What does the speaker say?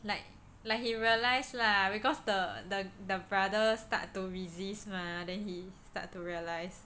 like like he realise lah cause the the the brother start to resist mah then he start to realise